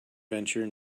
venture